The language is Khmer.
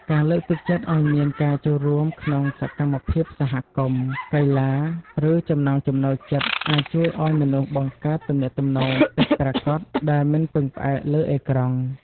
ការលើកទឹកចិត្តឱ្យមានការចូលរួមក្នុងសកម្មភាពសហគមន៍ កីឡា ឬចំណង់ចំណូលចិត្តអាចជួយឱ្យមនុស្សបង្កើតទំនាក់ទំនងពិតប្រាកដដែលមិនពឹងផ្អែកលើអេក្រង់។